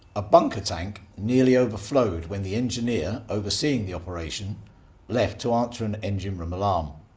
a bunker tank nearly overflowed when the engineer overseeing the operation left to answer an engine room alarm.